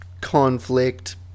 conflict